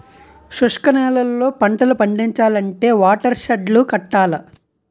శుష్క నేలల్లో పంటలు పండించాలంటే వాటర్ షెడ్ లు కట్టాల